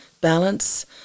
balance